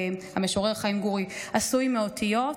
המשורר חיים גורי קרא לשיר שלו "עשוי מאותיות",